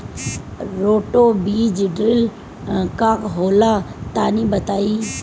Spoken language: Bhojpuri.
रोटो बीज ड्रिल का होला तनि बताई?